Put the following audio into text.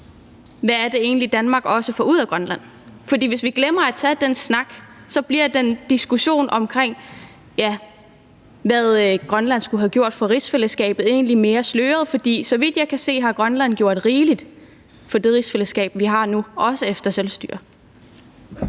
hvad det egentlig er, Danmark også får ud af Grønland. Hvis vi glemmer at tage den snak, bliver den diskussion om, hvad Grønland skulle have gjort for rigsfællesskabet, egentlig mere sløret. Så vidt jeg kan se, har Grønland gjort rigeligt for det rigsfællesskab, vi har nu, også efter selvstyrets